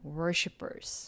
worshippers